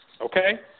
Okay